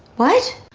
what?